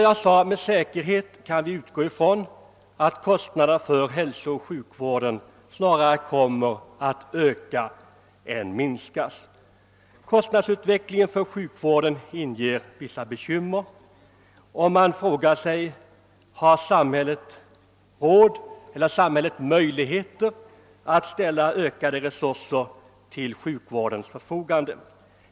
Vi kan med säkerhet utgå ifrån att kostnaderna för hälsooch sjukvården snarare kommer att öka än minska. Kostnadsutvecklingen för sjukvården inger vissa bekymmer, och man frågar sig: Har samhället råd eller möjligheter att ställa ökade resurser till sjukvårdens förfogande?